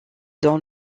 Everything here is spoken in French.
dans